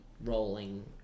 rolling